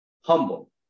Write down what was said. humble